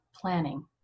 planning